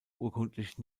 urkundlich